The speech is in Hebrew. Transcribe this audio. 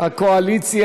ראשונה.